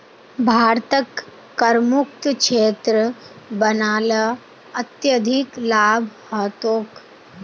भारतक करमुक्त क्षेत्र बना ल अत्यधिक लाभ ह तोक